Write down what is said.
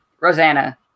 Rosanna